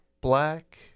black